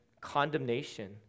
condemnation